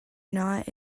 not